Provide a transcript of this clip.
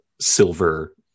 silver